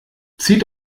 zieht